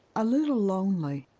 a little lonely.